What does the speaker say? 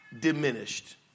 diminished